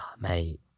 Mate